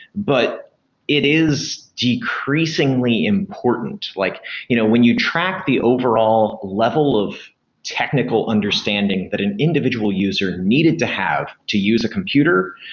but it is decreasingly important. like you know when you track the overall level of technical understanding that an individual user needed to have to use a computer,